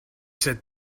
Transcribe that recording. said